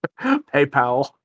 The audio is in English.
PayPal